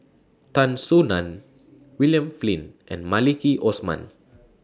Tan Soo NAN William Flint and Maliki Osman